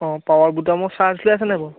অঁ পাৱাৰ বুটামৰ ছাৰ্জ লৈ আছে নাই বাৰু